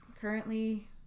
currently